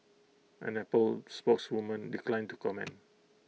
an Apple spokeswoman declined to comment